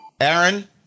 Aaron